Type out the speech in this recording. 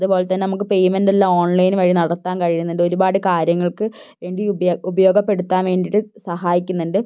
അതുപോലെതന്നെ നമുക്ക് പേയ്മെൻ്റെല്ലാം ഓൺലൈന് വഴി നടത്താൻ കഴിയുന്നുണ്ട് ഒരുപാട് കാര്യങ്ങൾക്കു വേണ്ടി ഉപയോഗപ്പെടുത്താൻ വേണ്ടിയിട്ട് സഹായിക്കുന്നുണ്ട്